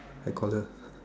I call her